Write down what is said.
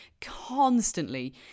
constantly